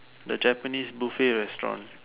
the Japanese buffet restaurant